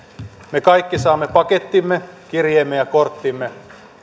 me kaikki saamme pakettimme kirjeemme ja korttimme